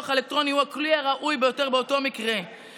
האלקטרוני הוא הכלי הראוי ביותר באותו מקרה,